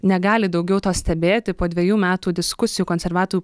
negali daugiau to stebėti po dvejų metų diskusijų konservatorių